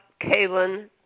Kalen